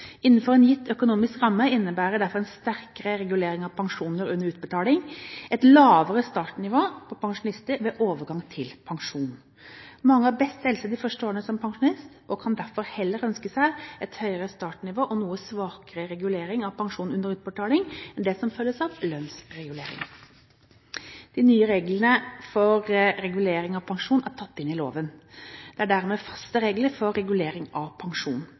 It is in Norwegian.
Innenfor en gitt økonomisk ramme innebærer derfor en sterkere regulering av pensjoner under utbetaling et lavere startnivå for pensjonister ved overgang til pensjon. Mange har best helse de første årene som pensjonist og kan derfor heller ønske seg et høyere startnivå og noe svakere regulering av pensjonen under utbetaling enn det som følges av lønnsregulering. De nye reglene for regulering av pensjonen er tatt inn i loven. Det er dermed faste regler for regulering av